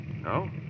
No